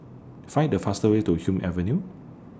Find The fast Way to Hume Avenue